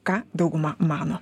ką dauguma mano